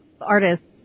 artists